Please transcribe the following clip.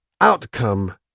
outcome